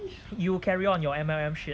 you carry on your mum shit